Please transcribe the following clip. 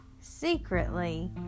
secretly